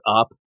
up